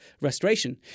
restoration